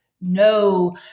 no